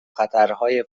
خطرهای